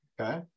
Okay